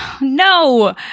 No